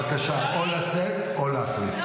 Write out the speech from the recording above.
בבקשה, או לצאת או להחליף.